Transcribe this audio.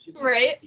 Right